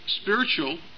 spiritual